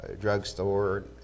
drugstore